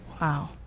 wow